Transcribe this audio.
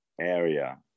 area